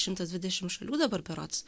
šimtas dvidešim šalių dabar berods